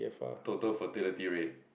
total fertility rate